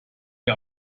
der